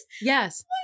yes